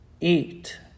eat